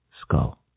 skull